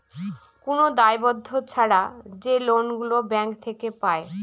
কোন দায়বদ্ধ ছাড়া যে লোন গুলো ব্যাঙ্ক থেকে পায়